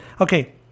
Okay